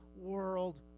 world